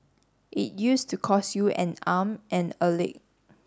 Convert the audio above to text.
it used to cost you an arm and a leg